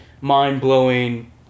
mind-blowing